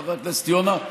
חבר הכנסת יונה,